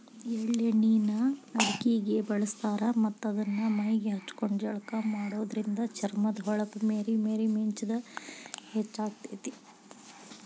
ಎಳ್ಳ ಎಣ್ಣಿನ ಅಡಗಿಗೆ ಬಳಸ್ತಾರ ಮತ್ತ್ ಇದನ್ನ ಮೈಗೆ ಹಚ್ಕೊಂಡು ಜಳಕ ಮಾಡೋದ್ರಿಂದ ಚರ್ಮದ ಹೊಳಪ ಮೇರಿ ಮೇರಿ ಮಿಂಚುದ ಹೆಚ್ಚಾಗ್ತೇತಿ